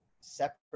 separate